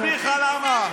כן, אני אסביר לך למה.